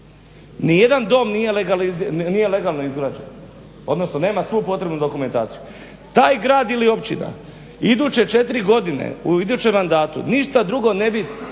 ni jedan dom nije legalno izgrađen, odnosno nema svu potrebnu dokumentaciju. Taj grad ili općina iduće četiri godine u idućem mandatu ništa drugo ne bi